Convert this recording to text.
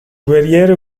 guerriero